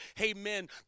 amen